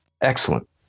Excellent